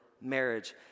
marriage